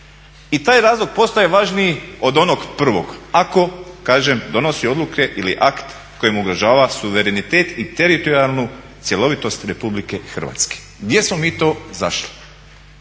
i taj razlog postaje važniji od onog prvog, ako kažem donosi odluke ili akt kojim ugrožava suverenitet i teritorijalnu cjelovitost Republike Hrvatske. Gdje smo mi to zašli?